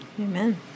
Amen